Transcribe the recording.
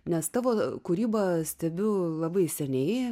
nes tavo kūrybą stebiu labai seniai